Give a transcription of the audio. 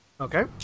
Okay